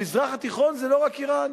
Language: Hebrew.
המזרח התיכון זה לא רק אירן.